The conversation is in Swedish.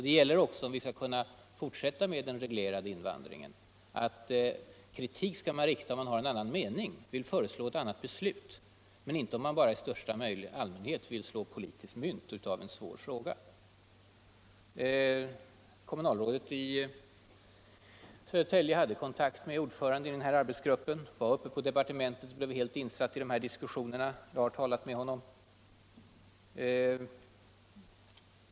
Det gäller också om vi skall kunna fortsätta med den reglerade invandringen. Kritik skall man rikta om man har en annan mening eller vill föreslå ett annat beslut, men inte om man i största allmänhet vill slå mynt av en svår fråga. Kommunalrådet i Södertälje hade kontakt med ordföranden i arbetsgruppen och var uppe på departementet och blev helt insatt i diskussionerna. Jag har själv talat med honom.